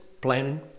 planning